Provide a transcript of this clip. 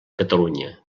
catalunya